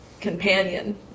companion